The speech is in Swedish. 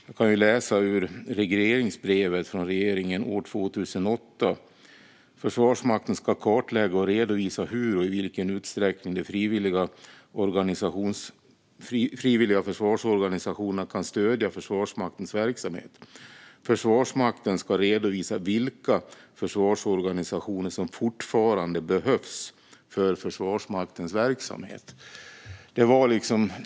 Jag kan läsa ur regeringens regleringsbrev från år 2008: "Försvarsmakten ska kartlägga och redovisa hur och i vilken utsträckning de frivilliga försvarsorganisationerna kan stödja Försvarsmaktens verksamhet. Försvarsmakten ska redovisa vilka frivilliga försvarsorganisationer som fortfarande behövs för Försvarsmaktens verksamhet."